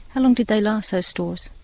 how long do they last those stores?